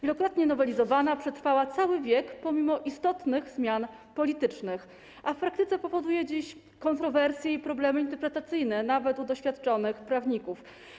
Wielokrotnie nowelizowana przetrwała cały wiek pomimo istotnych zmian politycznych, a w praktyce powoduje dziś kontrowersje i problemy interpretacyjne nawet u doświadczonych prawników.